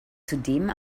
zudem